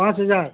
पाँच हज़ार